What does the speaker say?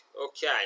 Okay